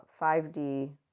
5D